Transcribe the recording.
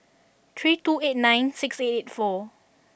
three two eight nine six eight eight four